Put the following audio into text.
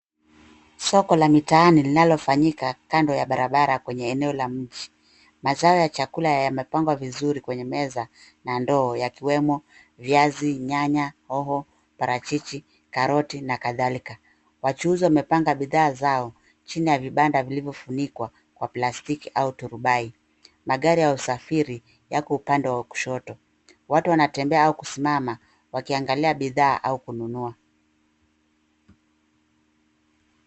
Soko la mitaani linalofanyika kando ya barabara kwenye eneo la mji. Mazao ya chakula yamepangwa vizuri kwenye meza na ndoo yakiwemo viazi, nyanya, hoho, parachichi, karoti na kadhalika. Wachuuzi wamepanga bidhaa zao chini ya vibanda vilivyofunikwa kwa plastiki au turubai. Magari ya usafiri yako upande wa kushoto. Watu wanatembea au kusimama, wakiangalia bidhaa au kununua.